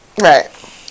Right